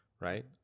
right